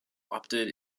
opted